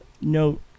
note